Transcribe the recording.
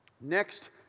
Next